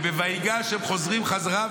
ב"ויגש" הם חוזרים בחזרה,